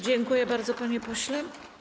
Dziękuję bardzo, panie pośle.